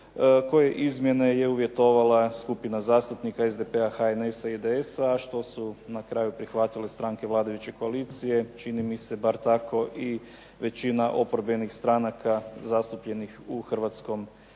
koje izmjene je uvjetovala skupina zastupnika SDP-a, HNS-a i IDS-a a što su na kraju prihvatile stranke vladajuće koalicije čini mi se bar tako i većina oporbenih stranaka zastupljenih u Hrvatskom saboru.